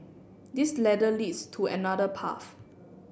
this ladder leads to another path